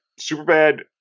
Superbad